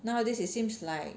nowadays it seems like